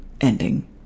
ending